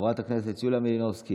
חברת הכנסת יוליה מלינובסקי,